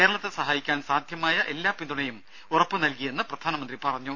കേരളത്തെ സഹായിക്കാൻ സാധ്യമായ എല്ലാ പിന്തുണയും ഉറപ്പുനൽകിയെന്ന് പ്രധാനമന്ത്രി പറഞ്ഞു